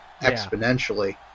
exponentially